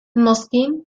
mozkin